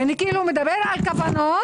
מדבר על כוונות,